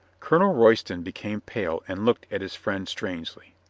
colonel royston became pale and looked at his friend strangely.